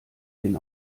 den